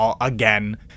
again